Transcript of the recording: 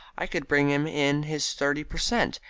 i could bring him in his thirty per cent.